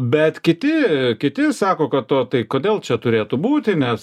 bet kiti kiti sako kad o tai kodėl čia turėtų būti nes